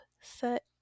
set